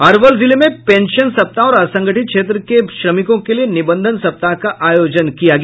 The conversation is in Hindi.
अरवल जिले में पेंशन सप्ताह और असंगठित क्षेत्र के श्रमिकों के लिए निबंधन सप्ताह का आयोजन किया गया